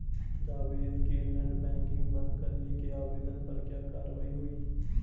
जावेद के net banking बंद करने के आवेदन पर क्या कार्यवाही हुई?